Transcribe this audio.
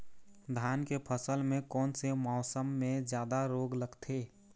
धान के फसल मे कोन से मौसम मे जादा रोग लगथे?